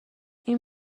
این